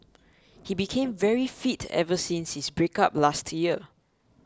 he became very fit ever since his breakup last year